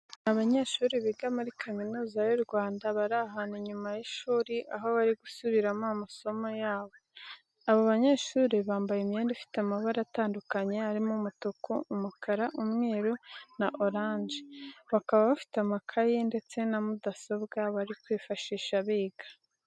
Ni abanyeshuri biga muri kaminuza y'u Rwanda, bari ahantu inyuma y'ishuri aho bari gusubiramo amasomo yabo. Abo banyeshuri bambaye imyenda ifite amabara atandukanye arimo umutuku, umukara, umweru na oranje. Bakaba bafite amakayi ndetse na mudasobwa bari kwifashisha biga.